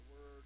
Word